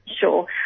Sure